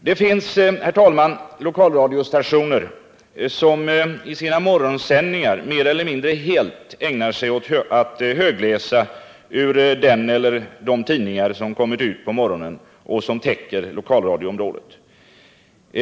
Det finns, herr talman, lokalradiostationer som i sina morgonsändningar mer eller mindre helt ägnar sig åt att högläsa ur den eller de tidningar som kommit ut på morgonen och som täcker lokalradioområdet.